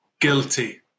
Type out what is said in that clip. guilty